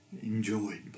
Enjoyed